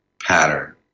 pattern